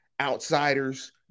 Outsiders